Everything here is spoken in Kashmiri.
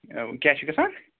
کیٛاہ چھِ گژھان